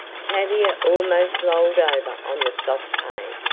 tavia almost lolled over on the soft hay,